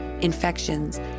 infections